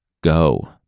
Go